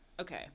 Okay